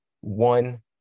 one